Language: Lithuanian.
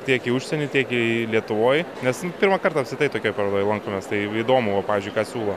tiek į užsienį tiek į lietuvoj nes pirmą kartą apskritai tokioj parodoj lankomės tai įdomu va pavyzdžiui ką siūlo